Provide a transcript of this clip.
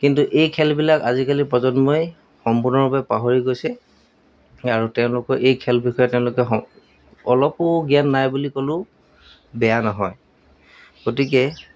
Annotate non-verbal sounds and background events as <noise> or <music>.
কিন্তু এই খেলবিলাক আজিকালি প্ৰজন্মই সম্পূৰ্ণৰূপে পাহৰি গৈছে আৰু তেওঁলোকৰ এই খেল বিষয়ে তেওঁলোকে <unintelligible> অলপো জ্ঞান নাই বুলি ক'লেও বেয়া নহয় গতিকে